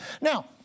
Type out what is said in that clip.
Now